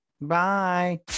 Bye